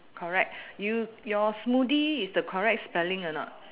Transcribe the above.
correct you your smoothie is the correct spelling a not